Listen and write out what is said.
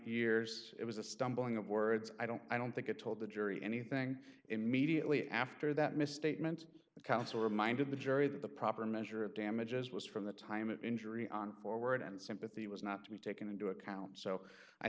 years it was a stumbling words i don't i don't think it told the jury anything immediately after that misstatement counsel reminded the jury that the proper measure of damages was from the time of injury on forward and sympathy was not to be taken into account so i